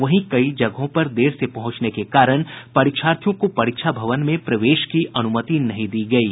वहीं कई जगहों पर देर से पहुंचने के कारण परीक्षार्थियों को परीक्षा भवन में प्रवेश की अनुमति नहीं दी गयी